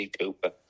Cooper